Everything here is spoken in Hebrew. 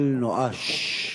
אל תאמרו נואש,